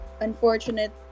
unfortunate